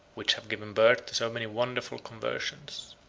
which have given birth to so many wonderful conversions.